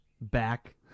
back